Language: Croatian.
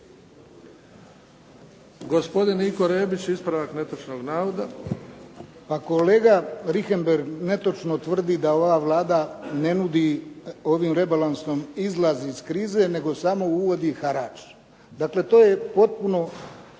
Gospodin Niko Rebić, ispravak netočnog navoda. **Rebić, Niko (HDZ)** Pa kolega Richembergh netočno tvrdi da ova Vlada ne nudi ovim rebalansom izlaz iz krize, nego samo uvodi harač. Dakle, to je potpuno